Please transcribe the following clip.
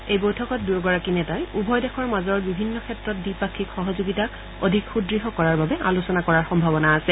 এই বৈঠকত দুয়োগৰাকী নেতাই উভয় দেশৰ মাজৰ বিভিন্ন ক্ষেত্ৰত দ্বিপাক্ষিক সহযোগিতাক অধিক সুদ্ঢ় কৰাৰ বাবে আলোচনা কৰাৰ সম্ভাৱনা আছে